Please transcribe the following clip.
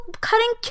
cutting